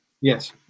yes